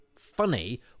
funny